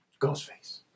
Ghostface